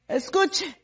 escuche